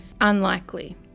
Unlikely